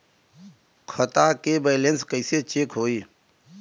खता के बैलेंस कइसे चेक होई?